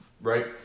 right